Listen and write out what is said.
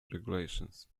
regulations